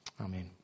Amen